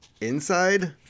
inside